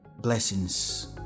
Blessings